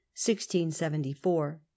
1674